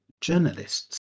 Journalists